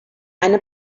eine